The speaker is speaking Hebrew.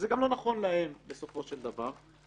וגם להם בסופו של דבר.